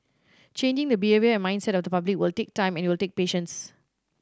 changing the behaviour and mindset of the public will take time and it will take patience